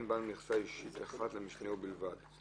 בין בעל מכסה אישית אחד למשנהו בלבד".